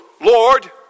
Lord